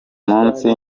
munsi